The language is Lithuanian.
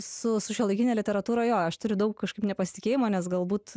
su su šiuolaikine literatūra jo aš turiu daug kažkaip nepasitikėjimo nes galbūt